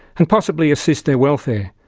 and possibly assist their welfare.